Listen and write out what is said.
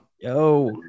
Yo